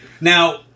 Now